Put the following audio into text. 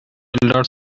elder